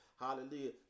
hallelujah